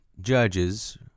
judges